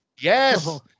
Yes